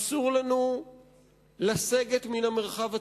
אסור לנו לסגת מן המרחב הציבורי.